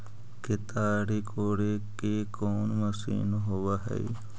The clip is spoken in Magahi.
केताड़ी कोड़े के कोन मशीन होब हइ?